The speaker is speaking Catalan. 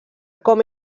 com